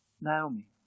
Naomi